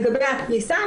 לגבי הפריסה,